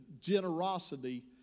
generosity